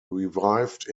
revived